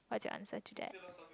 what's your answer to that